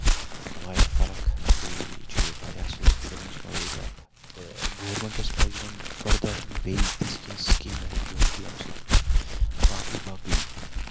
واریاہ فرق بیٚیہِ چھُ یہِ واریاہ اَصٕل اِنشورَنس کَوریج اکھ تہٕ گورمینٹَس پَزِ وۄنۍ فٔردر بیٚیہِ تِژھ کیٚنہہ سِکیٖم ہیتھ یُن کہِ ییٚمہِ سۭتۍ باقٕے باقٕے